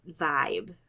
vibe